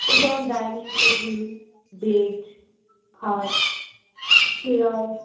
এই যেমন dining table bed খাট চেয়ার